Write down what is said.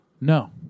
no